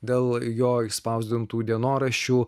dėl jo išspausdintų dienoraščių